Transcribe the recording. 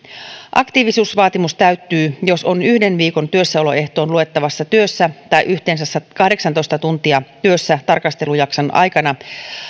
aktiivisuusvaatimus täyttyy jos on yhden viikon työssäoloehtoon luettavassa työssä tai yhteensä kahdeksantoista tuntia työssä tarkastelujakson aikana